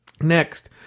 Next